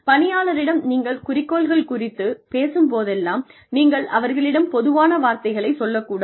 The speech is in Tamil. பணியாளரிடம் நீங்கள் குறிக்கோள்கள் குறித்துப் பேசும் போதெல்லாம் நீங்கள் அவர்களிடம் பொதுவான வார்த்தைகளை சொல்லக் கூடாது